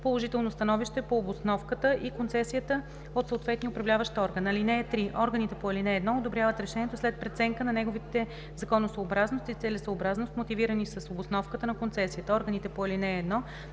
положително становище по обосновката на концесията от съответния управляващ орган. (3) Органите по ал. 1 одобряват решението след преценка на неговите законосъобразност и целесъобразност, мотивирани с обосновката на концесията. Органите по ал. 1